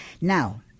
Now